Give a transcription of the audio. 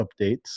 updates